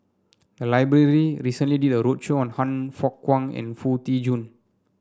the library recently did a roadshow on Han Fook Kwang and Foo Tee Jun